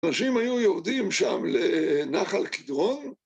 אנשים היו יורדים שם לנחל קדרון